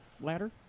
ladder